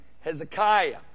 Hezekiah